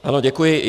Ano, děkuji.